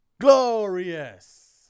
glorious